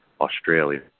Australia